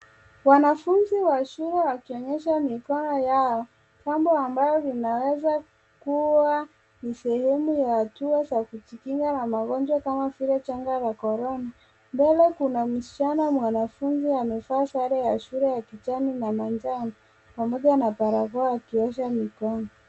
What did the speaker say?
Wanafunzi wa shule wakionyesha mikono yao. Jambo ambalo linaweza kuwa ni sehemu ya hatua za kujikinga na magonjwa kama vile janga la korona. Mbele kuna msichana mwanafunzi amevaa sare ya shule ya kijani na manjano pamoja na barakoa akiosha mikono.